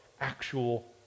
actual